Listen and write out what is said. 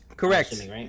Correct